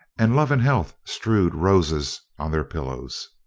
and love and health strewed roses on their pillows.